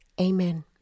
Amen